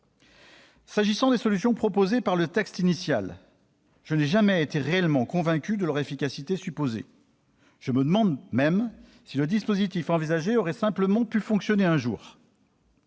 S'agissant des solutions proposées dans le texte initial, je n'ai jamais été réellement convaincu de leur efficacité supposée. Je me demande même si le dispositif envisagé aurait simplement pu fonctionner un jour.